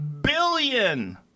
billion